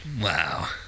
wow